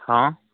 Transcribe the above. ହଁ